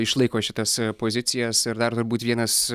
išlaiko šitas pozicijas ir dar turbūt vienas